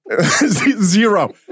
Zero